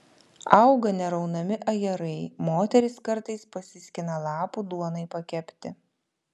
auga neraunami ajerai moterys kartais pasiskina lapų duonai pakepti